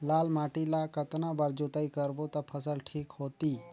लाल माटी ला कतना बार जुताई करबो ता फसल ठीक होती?